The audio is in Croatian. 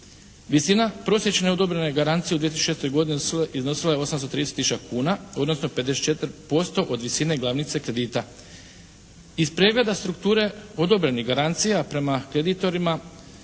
Visina prosječne odobrene garancije u 2006. godini iznosila je 830 tisuća kuna, odnosno 54% od visine glavnice kredita. Iz pregleda strukture odobrenih garancija prema kreditorima